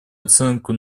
оценку